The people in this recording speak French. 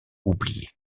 oublié